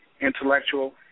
intellectual